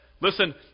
Listen